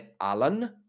Alan